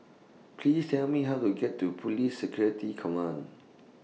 Please Tell Me How to get to Police Security Command